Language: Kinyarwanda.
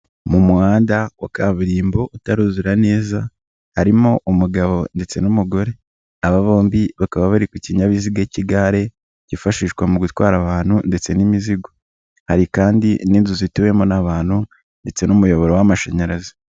Mu muhanda wa kaburimbo utaruzura neza harimo umugabo ndetse n'umugore, aba bombi bakaba bari kukinyabiziga cy'igare ryifashishwa mu gutwara abantu ndetse n'imizigo, hari kandi n'inzu zituwemo n'abantu ndetse n'umuyoboro w'amashanyarazi.